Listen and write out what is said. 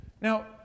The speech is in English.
Now